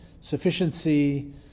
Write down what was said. sufficiency